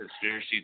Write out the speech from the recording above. conspiracy